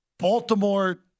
Baltimore